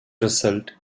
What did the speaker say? result